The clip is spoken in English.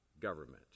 government